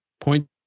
point